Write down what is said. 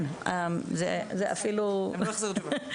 כן, זה אפילו --- הם לא החזירו תשובה.